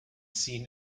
seen